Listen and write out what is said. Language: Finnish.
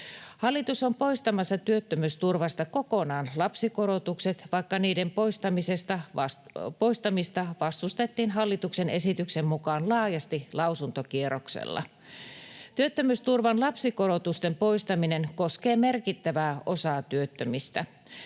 Hallitus on poistamassa työttömyysturvasta kokonaan lapsikorotukset, vaikka niiden poistamista vastustettiin hallituksen esityksen mukaan laajasti lausuntokierroksella. Työttömyysturvan lapsikorotusten poistaminen koskee merkittävää osaa työttömistä.